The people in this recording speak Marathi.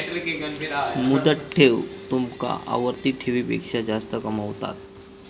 मुदत ठेव तुमका आवर्ती ठेवीपेक्षा जास्त कमावता